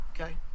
Okay